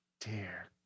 Dear